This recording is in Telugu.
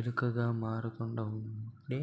ఎలుకగా మారకుండా ఉంటే